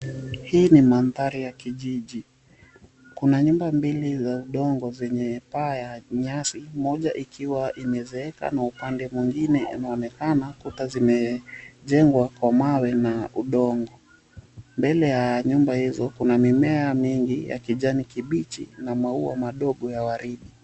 Hii ni madhari ya kijiji. Kuna nyumba mbili za undongo zenye paa ya nyasi, moja ikiwa imezeeka. Na upande mwingine inaonekana kuta zimejengwa kwa mawe na undongo. Mbele ya nyumba hizo kuna mimea mingi ya kijani kibichi na maua madogo ya waridi.